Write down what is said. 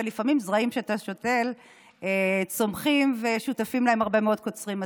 ולפעמים זרעים שאתה זורע צומחים ושותפים להם הרבה מאוד קוצרים.